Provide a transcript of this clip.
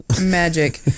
magic